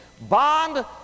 Bond